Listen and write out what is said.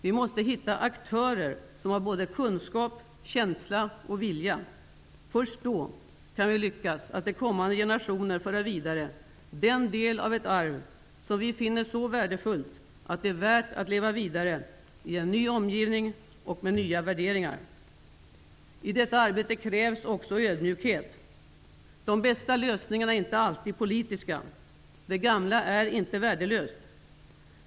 Vi måste hitta aktörer, som har både kunskap, känsla och vilja. Först då kan vi lyckas att till kommande generationer föra vidare den del av ett arv, som vi finner så värdefullt att det är värt att leva vidare i en ny omgivning och med nya värderingar. I detta arbete krävs också ödmjukhet. De bästa lösningarna är inte alltid politiska. Det gamla är inte värdelöst.